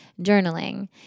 journaling